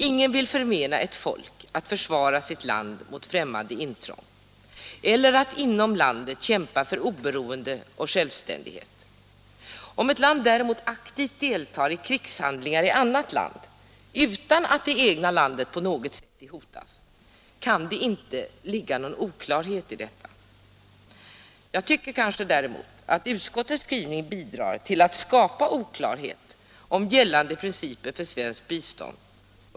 Ingen vill förmena ett folk rätten att försvara sitt land mot främmande intrång eller att inom landet kämpa för oberoende och självständighet. Om ett land däremot aktivt deltar i krigshandlingar i annat land utan att det egna landet på något sätt hotas kan det inte ligga någon oklarhet i detta. Däremot bidrar utskottsmajoritetens skrivning till att skapa oklarhet om gällande principer för svenskt bistånd.